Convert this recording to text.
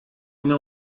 bine